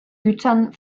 gütern